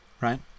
right